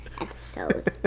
episode